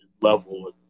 level